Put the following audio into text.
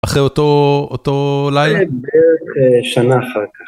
אחרי אותו לילה? בערך שנה אחר כך.